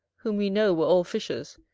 whom we know were all fishers,